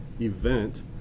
event